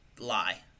lie